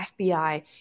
FBI